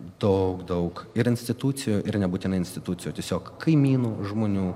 daug daug ir institucijų ir nebūtinai institucijų o tiesiog kaimynų žmonių